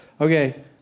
Okay